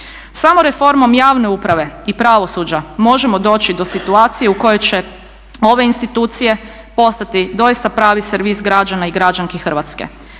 Samo reformom javne uprave i pravosuđa možemo doći do situacije u kojoj će ove institucije postati doista pravi servis građana i građanki Hrvatske.